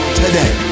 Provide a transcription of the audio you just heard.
today